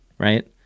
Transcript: right